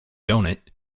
doughnut